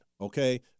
okay